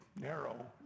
narrow